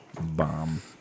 bomb